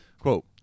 Quote